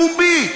פומבית?